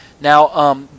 Now